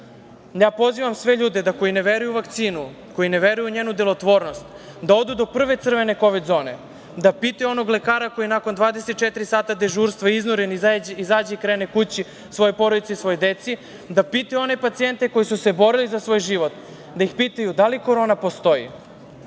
građana. Pozivam sve ljude koji ne veruju u vakcinu, koji ne veruju u njenu delotvornost da odu do prve crvene kovid zone, da pitaju onog lekara koji nakon 24 sata dežura iznureni izađe i krene kući svojoj porodici i svojoj deci, da pitaju one pacijente koji su se borili za svoj život da li korona postoji,